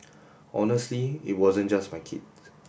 honestly it wasn't just my kid